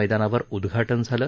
मैदावर उद्घाटन झालं